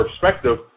perspective